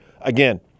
Again